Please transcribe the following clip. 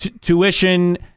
tuition